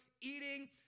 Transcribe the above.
eating